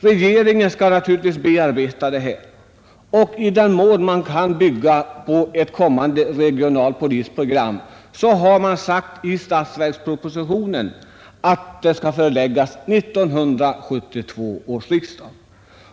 Materialet skall naturligtvis sedan bearbetas av regeringen, och man har i statsverkspropositionen uttalat att ett regionalpolitiskt program — om ett sådant kan utarbetas på grundval av materialet — skall föreläggas 1972 års riksdag.